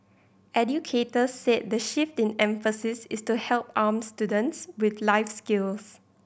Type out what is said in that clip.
educators said the shift in emphasis is to help arm students with life skills